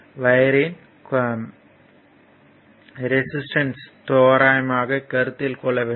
ஒயர்யின் resistance தோராயமாக கருத்தில் கொள்ளவேண்டும்